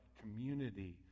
community